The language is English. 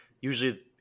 usually –